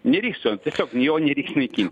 nereiks jo tiesiog jo nereiks naikint